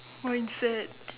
mindset